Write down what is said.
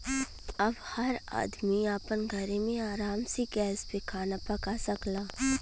अब हर आदमी आपन घरे मे आराम से गैस पे खाना पका सकला